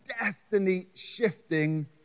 destiny-shifting